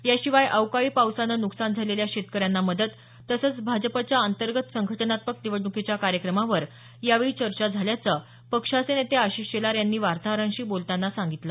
याशिवाय अवकाळी पावसानं नुकसान झालेल्या शेतकऱ्यांना मदत तसंच भाजपच्या अंतर्गत संघटनात्मक निवडणुकीच्या कार्यक्रमावर यावेळी चर्चा झाल्याचं पक्षाचे नेते आशिष शेलार यांनी वार्ताहरांशी बोलताना सांगितलं